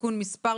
(תיקון מס'